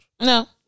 No